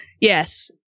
Yes